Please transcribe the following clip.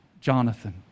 Jonathan